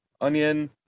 onion